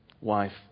wife